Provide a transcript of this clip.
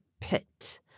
pit